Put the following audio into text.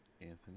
anthony